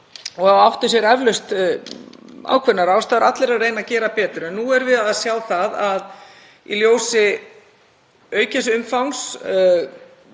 og átti sér eflaust ákveðnar ástæður, allir að reyna að gera betur. En nú erum við að sjá það í ljósi aukins umfangs,